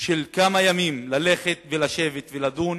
של כמה ימים ללכת ולשבת ולדון,